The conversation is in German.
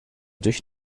durch